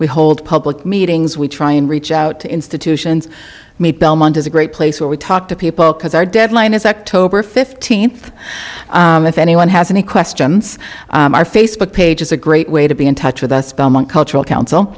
we hold public meetings we try and reach out to institutions meet belmont is a great place where we talk to people because our deadline is october fifteenth and if anyone has any questions our facebook page is a great way to be in touch with us belmont cultural coun